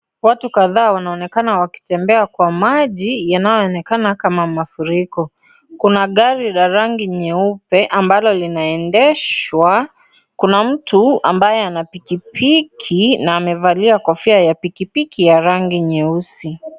Watu kadhaa wanaonekana wakitembea kwa maji yanayo onekana kama mafuriko. Kuna gari la rangi nyeupe ambalo linaendeshwa, kuna matu ambaye ana piki piki na amevalia kofia ya piki piki ya rangi nyeusi.